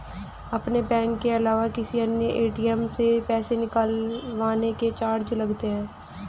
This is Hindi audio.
अपने बैंक के अलावा किसी अन्य ए.टी.एम से पैसे निकलवाने के चार्ज लगते हैं